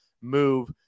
move